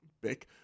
big